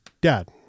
dad